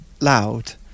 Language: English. loud